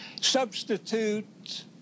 Substitute